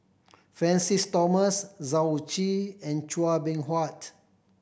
Francis Thomas Yao Zi and Chua Beng Huat